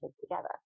together